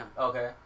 Okay